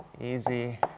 easy